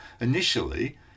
Initially